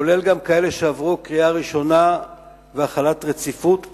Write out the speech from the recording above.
גם כאלה שעברו קריאה ראשונה והחלת רציפות,